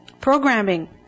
Programming